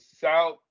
South